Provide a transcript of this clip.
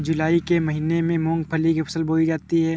जूलाई के महीने में मूंगफली की फसल बोई जाती है